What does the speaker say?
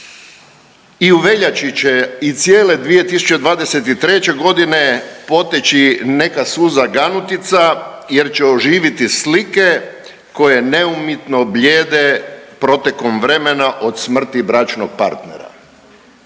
I u veljači i cijele 2023.g. poteći neka suza ganutica jer će oživiti slike koje neumitno blijede protekom vremena od smrti bračnog partnera.